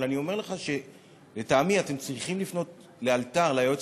אבל אני אומר לך שלטעמי אתם צריכים לפנות לאלתר ליועץ